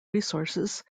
resources